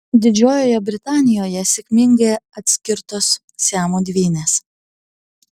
didžiojoje britanijoje sėkmingai atskirtos siamo dvynės